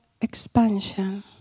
expansion